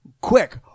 quick